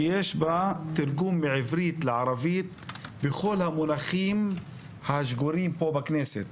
שיש בה תרגום מעברית לערבית של כל המונחים השגורים פה בכנסת.